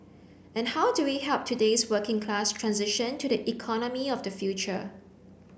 and how do we help today's working class transition to the economy of the future